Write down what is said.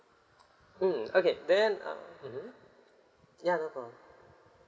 mm okay then uh mmhmm ya no problem